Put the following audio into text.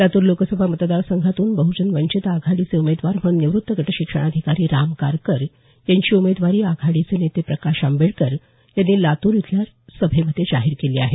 लातूर लोकसभा मतदार संघातून बहुजन वंचित आघाडीचे उमेदवार म्हणून निवृत्त गटशिक्षणाधिकारी राम गारकर यांची उमेदवारी आघाडीचे नेते प्रकाश आंबेडकर यांनी लातूर इथल्या सभेत जाहीर केली आहे